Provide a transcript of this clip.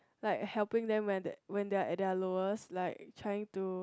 like helping them when the~ when they are at their lowest like trying to